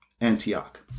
Antioch